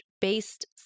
based